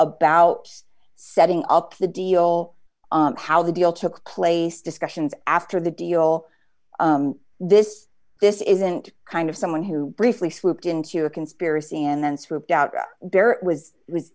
about setting up the deal how the deal took place discussions after the deal d this this isn't kind of someone who briefly slipped into a conspiracy and then it's ripped out there was it was